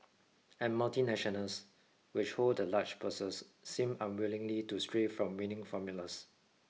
and multinationals which hold the large purses seem unwilling to stray from winning formulas